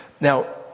Now